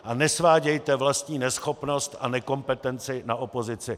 A nesvádějte vlastní neschopnost a nekompetenci na opozici.